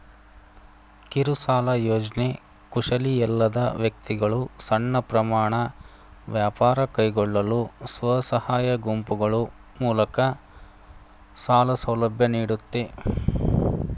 ಕಿರುಸಾಲ ಯೋಜ್ನೆ ಕುಶಲಿಯಲ್ಲದ ವ್ಯಕ್ತಿಗಳು ಸಣ್ಣ ಪ್ರಮಾಣ ವ್ಯಾಪಾರ ಕೈಗೊಳ್ಳಲು ಸ್ವಸಹಾಯ ಗುಂಪುಗಳು ಮೂಲಕ ಸಾಲ ಸೌಲಭ್ಯ ನೀಡುತ್ತೆ